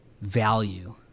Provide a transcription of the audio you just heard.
value